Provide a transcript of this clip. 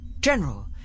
General